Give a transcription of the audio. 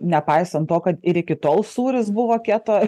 nepaisant to kad ir iki tol sūris buvo keto